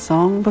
Song